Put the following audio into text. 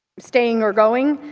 staying or going.